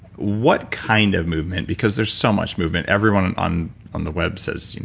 what kind of movement? because there's so much movement. everyone on on the web says,